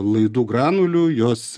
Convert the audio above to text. laidų granulių jos